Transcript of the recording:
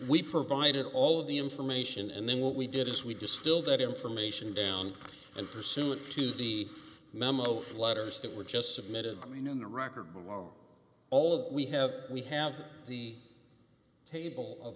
we provided all of the information and then what we did is we distill that information down and pursuant to the memo letters that were just submitted i mean in the record all we have we have the table of